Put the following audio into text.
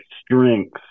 strengths